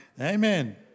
Amen